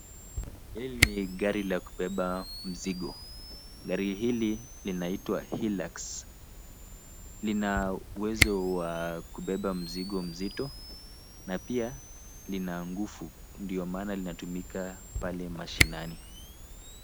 Hili ni gari la kubeba mzigo. Gari. hili linaitwa Hilux. Lina uwezo wa kubeba mzigo mzito, na pia lina nguvu, ndio maana linatumika pale mashinani.